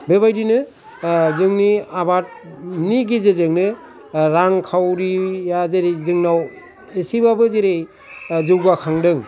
बेबादिनो जोंनि आबादनि गेजेरजोंनो रां खावरिया जेरै जोंनाव एसेबाबो जेरै जौगाखांदों